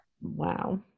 Wow